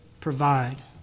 provide